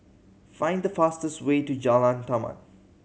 find the fastest way to Jalan Taman